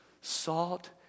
Salt